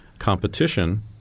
competition